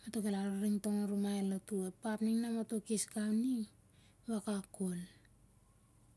Mato' kel araring tong an rumai lotu. Ep ap ning mato kes gau ning, i wakak ko'l